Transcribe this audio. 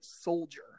soldier